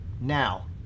now